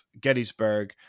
Gettysburg